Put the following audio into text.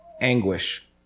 anguish